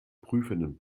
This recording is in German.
prüfenden